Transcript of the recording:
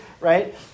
right